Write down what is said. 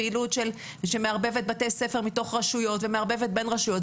פעילות שמערבבת בתי ספר מתוך רשויות ומערבבת בין רשויות.